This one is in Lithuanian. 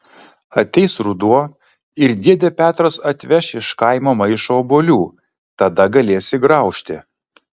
ateis ruduo ir dėdė petras atveš iš kaimo maišą obuolių tada galėsi graužti